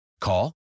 Call